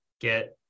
get